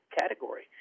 category